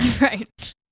Right